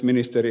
ministeri